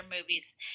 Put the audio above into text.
movies